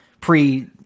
pre